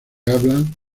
hablan